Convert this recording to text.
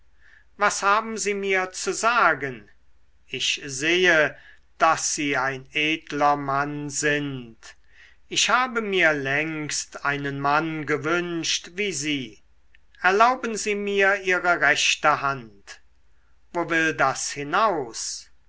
was haben sie mir zu sagen ich sehe daß sie ein edler mann sind ich habe mir längst einen mann gewünscht wie sie erlauben sie mir ihre rechte hand wo will das hinaus